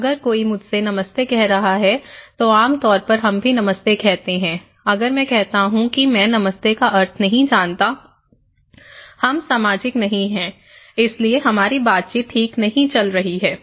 अगर कोई मुझसे नमस्ते कह रहा है तो आम तौर पर हम भी नमस्ते कहते हैं अगर मैं कहता हूं कि मैं नमस्ते का अर्थ नहीं जानता हम सामाजिक नहीं हैं इसलिए हमारी बातचीत ठीक नहीं चल रही है